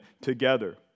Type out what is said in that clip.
together